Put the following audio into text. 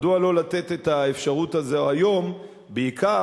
מדוע לא לתת את האפשרות הזאת היום בעיקר.